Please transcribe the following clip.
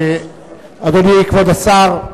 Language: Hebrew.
אדוני כבוד השר,